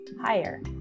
higher